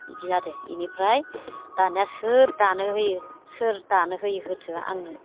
बिदि जादो बेनिफ्राय दानिया सोर दानो होयो सोर दानो होयो होथो आंनो